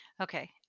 Okay